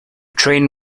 train